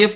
F